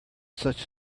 such